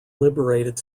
liberated